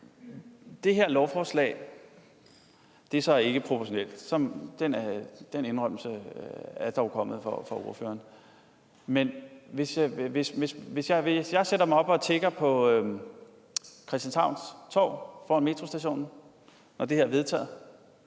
det her lovforslag er så ikke proportionalt. Den indrømmelse er dog kommet fra ordføreren. Hvis jeg sætter mig hen og tigger på Christianshavns Torv foran metrostationen, når det her er vedtaget,